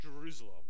Jerusalem